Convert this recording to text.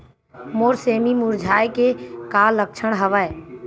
मोर सेमी मुरझाये के का लक्षण हवय?